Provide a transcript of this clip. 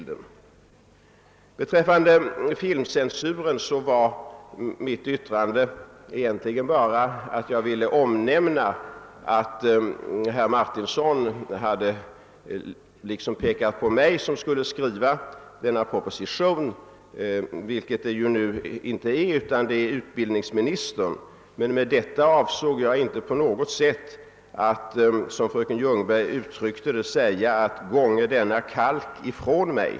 Vad beträffar filmcensuren avsåg jag egentligen bara med mitt yttrande att jag ville framhålla att herr Martinsson liksom pekat på mig som den som skulle skriva propositionen i detta fall, men det är ju inte jag som skall göra det utan det är utbildningsministern. Med detta avsåg jag inte på något sätt att — som fröken Ljungberg uttryckte det — säga »Gånge denna kalken ifrån mig».